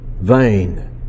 vain